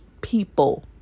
people